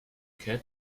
cat